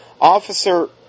Officer